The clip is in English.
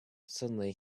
suddenly